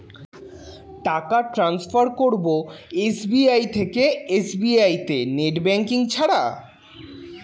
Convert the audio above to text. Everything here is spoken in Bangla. টাকা টান্সফার করব এস.বি.আই থেকে এস.বি.আই তে নেট ব্যাঙ্কিং ছাড়া?